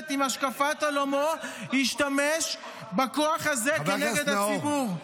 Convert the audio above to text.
עם השקפת עולמו ישתמש בכוח הזה כנגד הציבור.